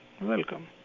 welcome